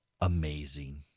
amazing